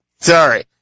Sorry